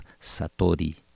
Satori